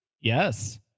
Yes